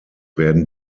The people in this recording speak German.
werden